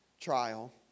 trial